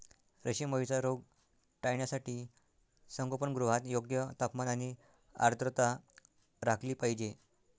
रेशीम अळीचा रोग टाळण्यासाठी संगोपनगृहात योग्य तापमान आणि आर्द्रता राखली पाहिजे